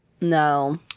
No